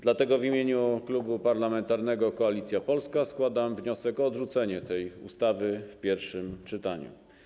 Dlatego w imieniu Klubu Parlamentarnego Koalicja Polska składam wniosek o odrzucenie tej ustawy w pierwszym czytaniu.